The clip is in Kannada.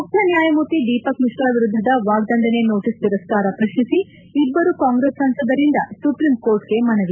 ಮುಖ್ಯ ನ್ನಾಯಮೂರ್ತಿ ದೀಪಕ್ ಮಿತ್ರಾ ವಿರುದ್ದದ ವಾಗ್ವಂಡನೆ ನೋಟಸ್ ತಿರಸ್ನಾರ ಪ್ರಶ್ನಿಸಿ ಇಬ್ಲರು ಕಾಂಗ್ರೆಸ್ ಸಂಸದರಿಂದ ಸುಪ್ರೀಂ ಕೋರ್ಟ್ಗೆ ಮನವಿ